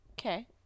Okay